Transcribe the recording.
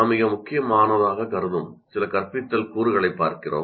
நாம் மிக முக்கியமானதாகக் கருதும் சில கற்பித்தல் கூறுகளைப் பார்க்கிறோம்